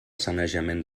sanejament